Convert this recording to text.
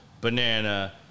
banana